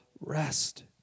rest